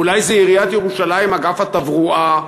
אולי זה עיריית ירושלים, אגף התברואה?